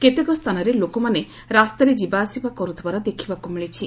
କେତେକ ସ୍ଥାନରେ ଲୋକମାନେ ରାସ୍ତାରେ ଯିବା ଆସିବା କରୁଥିବାର ଦେଖିବାକୁ ମିଳିଛି